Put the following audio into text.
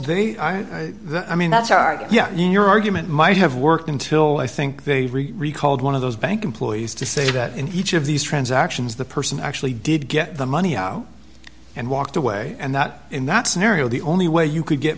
that i mean that's our yeah your argument might have worked until i think they recalled one of those bank employees to say that in each of these transactions the person actually did get the money out and walked away and that in that scenario the only way you could get